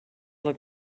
look